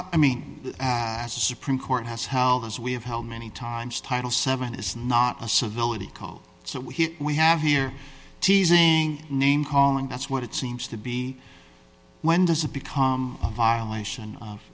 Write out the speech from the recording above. i mean our supreme court has held as we have how many times title seven is not a civility call so we have here teasing name calling that's what it seems to be when does a become a violation of